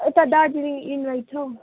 यता दार्जिलिङ इन्भाइट छ हौ